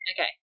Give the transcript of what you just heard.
Okay